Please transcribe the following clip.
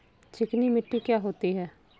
चिकनी मिट्टी क्या होती है?